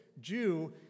Jew